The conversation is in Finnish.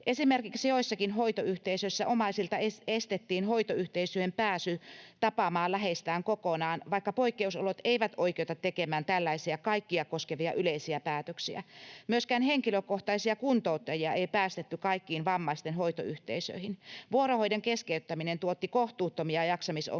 Esimerkiksi joissakin hoitoyhteisöissä omaisilta estettiin kokonaan hoitoyhteisöön pääsy tapaamaan läheistään, vaikka poikkeusolot eivät oikeuta tekemään tällaisia kaikkia koskevia yleisiä päätöksiä. Myöskään henkilökohtaisia kuntouttajia ei päästetty kaikkiin vammaisten hoitoyhteisöihin. Vuorohoidon keskeyttäminen tuotti kohtuuttomia jaksamisongelmia